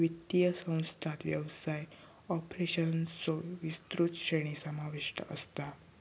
वित्तीय संस्थांत व्यवसाय ऑपरेशन्सचो विस्तृत श्रेणी समाविष्ट असता